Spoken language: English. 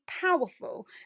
powerful